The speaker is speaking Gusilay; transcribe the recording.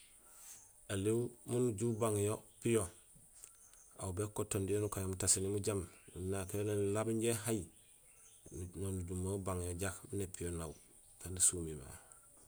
Elihu miin uju ubang yo piyo, aw békotondi yo, nukan yo mutaséni mujaam, nunaak yo nélaab inja éhaay, no nujumé ubang yo jaak miin épiyo naaw miin sumimé.